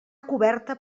coberta